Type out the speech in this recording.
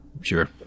Sure